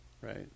right